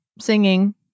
singing